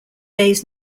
days